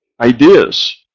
ideas